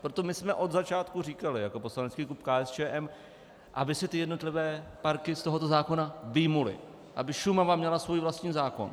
Proto my jsme od začátku říkali jako poslanecký klub KSČM, aby se jednotlivé parky z tohoto zákona vyjmuly, aby Šumava měla svůj vlastní zákon.